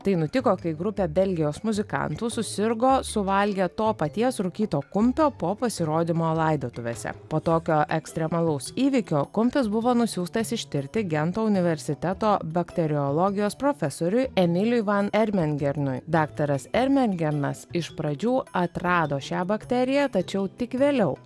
tai nutiko kai grupė belgijos muzikantų susirgo suvalgę to paties rūkyto kumpio po pasirodymo laidotuvėse po tokio ekstremalaus įvykio kumpis buvo nusiųstas ištirti gento universiteto bakteriologijos profesoriui emiliui van ermengernui daktaras ermengernas iš pradžių atrado šią bakteriją tačiau tik vėliau